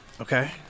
Okay